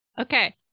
Okay